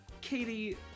Katie